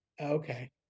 okay